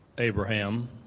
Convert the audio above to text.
Abraham